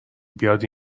بیاد